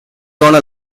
gonna